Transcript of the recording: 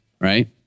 right